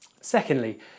Secondly